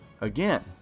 Again